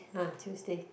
uh Tuesday